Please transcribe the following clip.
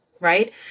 right